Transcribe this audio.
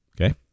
Okay